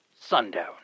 Sundown